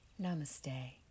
Namaste